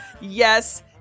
yes